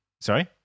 Sorry